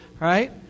right